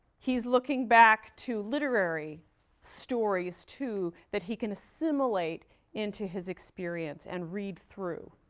he's looking back to literary stories, too, that he can assimilate into his experience and read through,